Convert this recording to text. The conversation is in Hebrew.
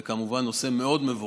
זה כמובן נושא מאוד מבורך.